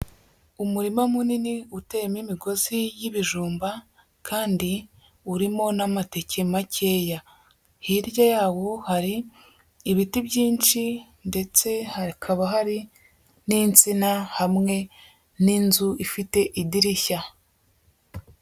Umurima munini uteyemo imigozi y'ibijumba kandi urimo n'amateke makeya, hirya yawo hari ibiti byinshi ndetse hakaba hari n'insina hamwe n'inzu ifite idirishya.